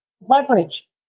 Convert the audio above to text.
leverage